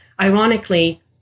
ironically